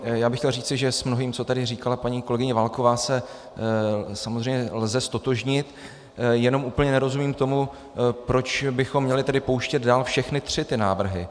Chtěl bych říci, že s mnohým, co tady říkala paní kolegyně Válková, se samozřejmě lze ztotožnit, jenom úplně nerozumím tomu, proč bychom měli tedy pouštět dál všechny tři návrhy.